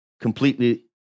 completely